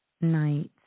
nights